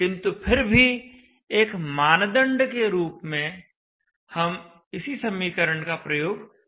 किंतु फिर भी एक मानदंड के रूप में हम इसी समीकरण का प्रयोग करते हैं